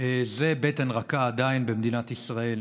זה עדיין בטן רכה במדינת ישראל.